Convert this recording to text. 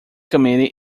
committee